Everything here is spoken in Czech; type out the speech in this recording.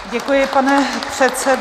Děkuji, pane předsedo.